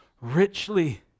richly